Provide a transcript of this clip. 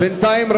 בינתיים,